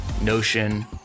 Notion